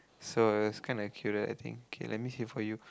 so it's kind of cute lah I think okay let me see for you